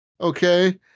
Okay